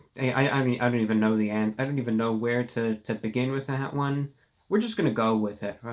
hey, i mean, i don't even know the ant i don't even know where to to begin with that one we're just gonna go with it,